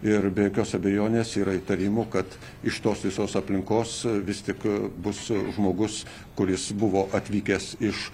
ir be jokios abejonės yra įtarimų kad iš tos visos aplinkos vis tik bus žmogus kuris buvo atvykęs iš